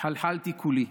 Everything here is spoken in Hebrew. התחלחלתי כולי.